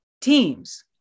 teams